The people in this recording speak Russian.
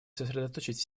сосредоточить